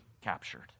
captured